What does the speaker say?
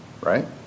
right